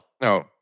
No